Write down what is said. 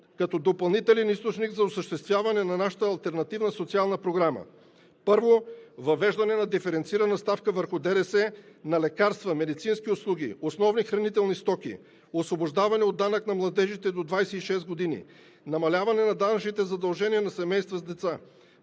като допълнителен източник за осъществяване на нашата алтернативна социална програма. Първо, въвеждане на диференцирана ставка върху ДДС на лекарства, медицински услуги, основни хранителни стоки; освобождаване от данък на младежите до 26 години; намаляване на данъчните задължения на семейства с деца;